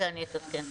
אני אתעדכן.